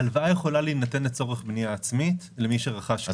ההלוואה יכולה להינתן לצורך בנייה עצמית למי שרכש קרקע.